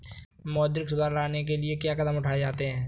मौद्रिक सुधार लाने के लिए क्या कदम उठाए जाते हैं